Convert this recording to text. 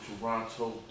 Toronto